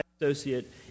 associate